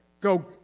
Go